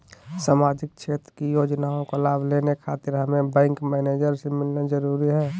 सामाजिक क्षेत्र की योजनाओं का लाभ लेने खातिर हमें बैंक मैनेजर से मिलना जरूरी है?